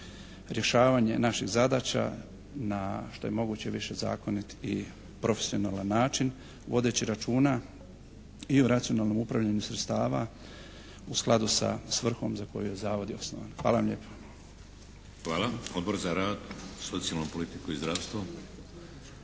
rješavanje naših zadaća na što je moguće više zakonit i profesionalan način vodeći računa i o racionalnom upravljanju sredstava u skladu sa svrhom za koju je Zavod i osnovan. Hvala vam lijepa. **Šeks, Vladimir (HDZ)** Hvala. Odbor za rad, socijalnu politiku i zdravstvo,